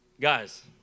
Guys